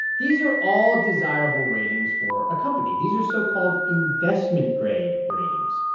these are all desirable ratings for a company. these are so-called investment-grade ratings.